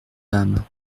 dames